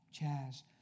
Chaz